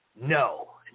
No